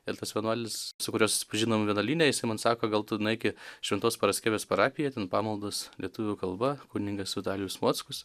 ir tas vienuolis su kuriuo susipažinom vienuolyne jisai man sako gal tu nueik į šventos paraskebės parapiją ten pamaldos lietuvių kalba kunigas vitalijus mockus